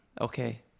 Okay